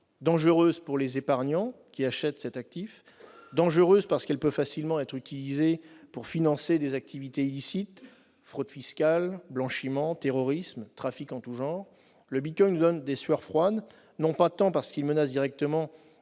dangereuse pour les épargnants qui achètent cet actif, dangereuse parce qu'il peut facilement être utilisé pour financer des activités illicites- fraude fiscale, blanchiment, terrorisme, trafics en tous genres. Le bitcoin nous donne des sueurs froides, non pas tant parce qu'il menace directement